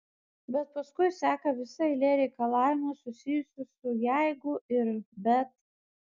bet paskui seka visa eilė reikalavimų susijusių su jeigu ir bet